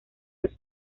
los